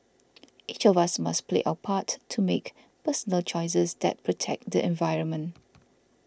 each of us must play our part to make personal choices that protect the environment